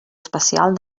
especial